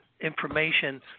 information